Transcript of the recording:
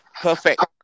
perfect